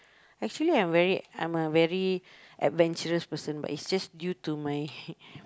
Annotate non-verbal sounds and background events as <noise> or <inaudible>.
actually I'm very I'm a very adventurous person but it's just due to my <noise>